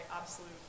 absolute